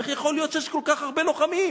איך יכול להיות שיש כל כך הרבה לוחמים?